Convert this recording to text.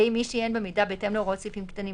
(ה) מי שעיין במידע בהתאם להוראות סעיפים קטנים